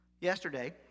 Yesterday